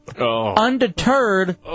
undeterred